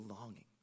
longing